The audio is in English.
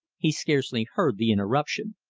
he scarcely heard the interruption.